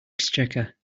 exchequer